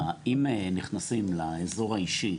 אם נכנסים לאזור האישי,